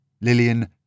Lillian